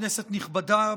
כנסת נכבדה,